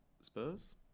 Spurs